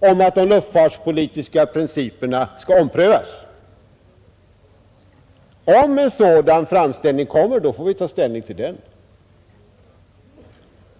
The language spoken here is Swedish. om att de luftfartspolitiska principerna skall omprövas. Om en sådan framställning kommer får vi ta ställning till den.